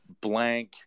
blank